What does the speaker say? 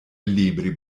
libri